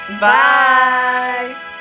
Bye